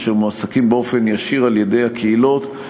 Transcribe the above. אשר מועסקים באופן ישיר על-ידי הקהילות,